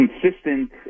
consistent